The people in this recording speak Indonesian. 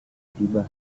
tiba